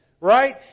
Right